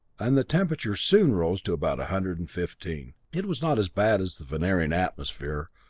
and the temperature soon rose to about a hundred and fifteen. it was not as bad as the venerian atmosphere,